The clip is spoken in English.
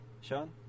Sean